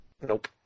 Nope